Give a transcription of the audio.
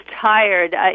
tired